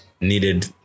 needed